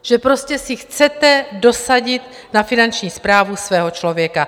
Že prostě si chcete dosadit na Finanční správu svého člověka.